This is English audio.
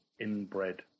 inbred